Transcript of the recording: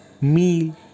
meal